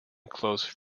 close